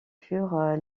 furent